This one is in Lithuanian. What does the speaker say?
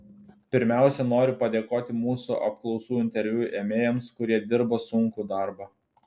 pirmiausia noriu padėkoti mūsų apklausų interviu ėmėjams kurie dirba sunkų darbą